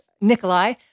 Nikolai